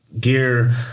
gear